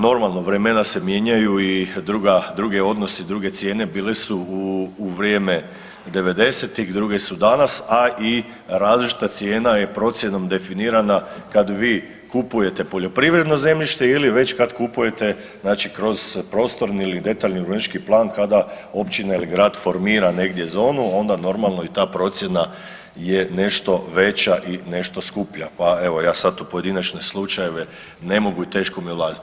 Normalno vremena se mijenjaju i druga, drugi odnosi, druge cijene bile su u vrijeme '90.-tih, druge su danas, a i različita cijena je procjenom definirana kad vi kupujete poljoprivredno zemljište ili već kad kupujete znači kroz prostorni ili detaljni urbanistički plan kada općina ili grad formira negdje zonu onda normalno i ta procjena je nešto veća i nešto skuplja, pa evo ja sad u pojedinačne slučajeve ne mogu i teško mi je ulazit.